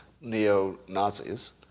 neo-Nazis